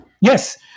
Yes